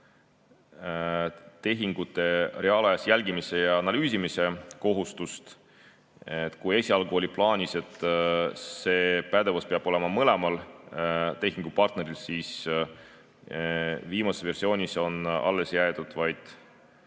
tehingute reaalajas jälgimise ja analüüsimise kohustust. Kui esialgu oli plaanis, et see pädevus peab olema mõlemal tehingupartneril, siis viimases versioonis on alles jäetud vaid